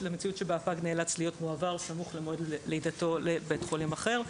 הפג נאלץ להיות מועבר סמוך למועד לידתו לבית חולים אחר,